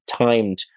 timed